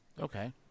Okay